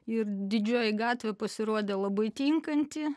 ir didžioji gatvė pasirodė labai tinkanti